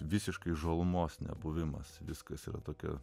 visiškai žalumos nebuvimas viskas yra tokio